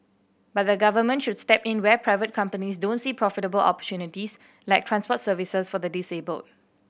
but the Government should step in where private companies don't see profitable opportunities like transport services for the disabled